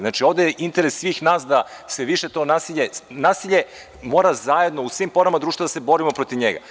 Znači, ovde je interes svih nas i da se više to nasilje, nasilje mora zajedno u svim porama društva da se borimo protiv njega.